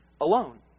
alone